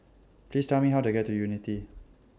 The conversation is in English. Please Tell Me How to get to Unity